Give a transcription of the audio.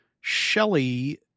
Shelley